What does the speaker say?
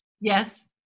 Yes